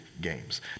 games